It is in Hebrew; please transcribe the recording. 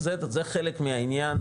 אז זה חלק מהעניין,